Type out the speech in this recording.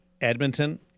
edmonton